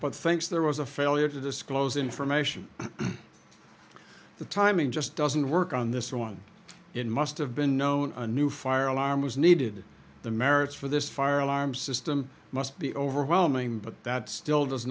but thinks there was a failure to disclose information the timing just doesn't work on this one it must have been known to new fire alarm was needed the merits for this fire alarm system must be overwhelming but that still does